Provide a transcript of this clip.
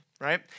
right